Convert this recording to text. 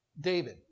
David